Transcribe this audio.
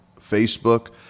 Facebook